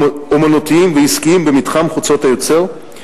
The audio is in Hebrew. אמנותיים ועסקיים במתחם "חוצות היוצר",